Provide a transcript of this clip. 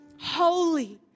Holy